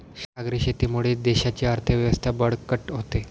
सागरी शेतीमुळे देशाची अर्थव्यवस्था बळकट होते